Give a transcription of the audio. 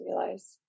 realize